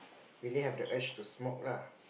really have the urge to smoke lah